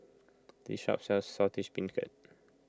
this shop sells Saltish Beancurd